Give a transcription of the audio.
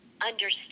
understand